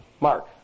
Mark